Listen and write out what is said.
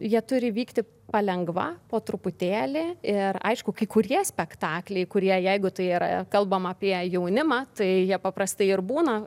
jie turi vykti palengva po truputėlį ir aišku kai kurie spektakliai kurie jeigu tai yra kalbama apie jaunimą tai jie paprastai ir būna